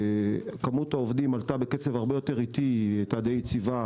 וכמות העובדים עלתה בקצב הרבה יותר איטי הייתה די יציבה